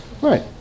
Right